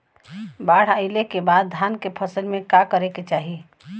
बाढ़ आइले के बाद धान के फसल में का करे के चाही?